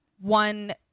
one